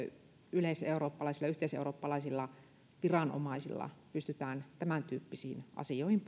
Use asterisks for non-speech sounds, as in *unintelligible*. yhteiseurooppalaisilla yhteiseurooppalaisilla viranomaisilla pystytään tämäntyyppisiin asioihin *unintelligible*